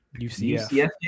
UCF